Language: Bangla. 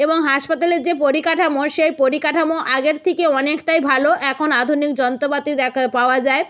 এবং হাসপাতালের যে পরিকাঠামো সেই পরিকাঠামো আগের থেকে অনেকটাই ভালো এখন আধুনিক যন্ত্রপাতি দেখা পাওয়া যায়